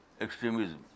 extremism